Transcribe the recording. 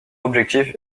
objectif